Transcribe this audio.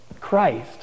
Christ